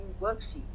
worksheet